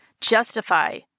justify